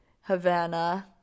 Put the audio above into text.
Havana